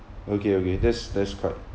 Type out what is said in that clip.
okay okay that's that's quite